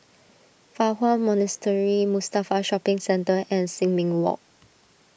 Fa Hua Monastery Mustafa Shopping Centre and Sin Ming Walk